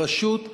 בראשות השופט,